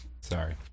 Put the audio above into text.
Sorry